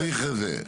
הוא צריך את זה.